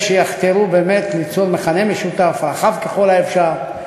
שיחתרו באמת ליצור מכנה משותף רחב ככל האפשר,